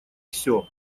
все